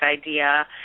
idea